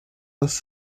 das